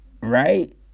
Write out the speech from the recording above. Right